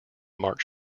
march